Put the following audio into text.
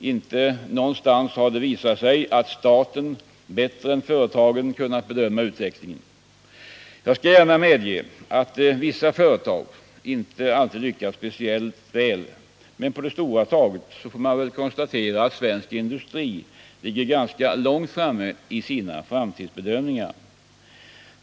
Inte någonstans har det vi sat sig att staten bättre än företagen har kunnat bedöma utvecklingen. Jag skall gärna medge att vissa företag inte alltid lyckas speciellt väl. men på det stora hela taget är svensk industri långt framme i sina framtidsbedömningar.